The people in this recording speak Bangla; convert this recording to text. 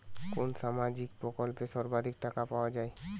কোন সামাজিক প্রকল্পে সর্বাধিক টাকা পাওয়া য়ায়?